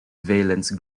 valence